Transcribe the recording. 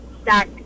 stack